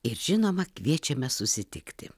ir žinoma kviečiame susitikti